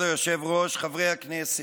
כבוד היושב-ראש, חברי הכנסת,